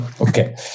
Okay